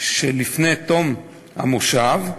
שלפני תום המושב,